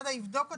מד"א יבדוק אותם,